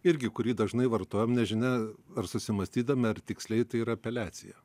irgi kurį dažnai vartojam nežinia ar susimąstydami ar tiksliai tai yra apeliacija